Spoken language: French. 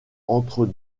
entre